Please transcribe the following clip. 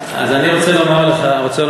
אז אני רוצה לומר לך,